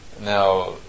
Now